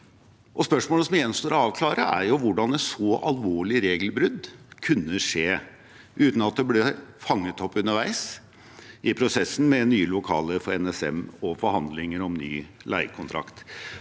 Spørsmålet det gjenstår å avklare, er hvordan et så alvorlig regelbrudd kunne skje uten at det ble fanget opp underveis i prosessen med nye lokaler for NSM og forhandlinger om ny leiekontrakt.